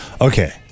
okay